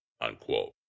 unquote